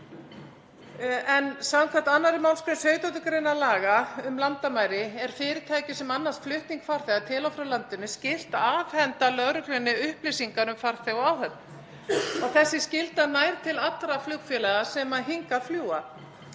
Samkvæmt 2. mgr. 17. gr. laga um landamæri er fyrirtæki sem annast flutning farþega til og frá landinu skylt að afhenda lögreglunni upplýsingar um farþega og áhöfn og þessi skylda nær til allra flugfélaga sem hingað fljúga.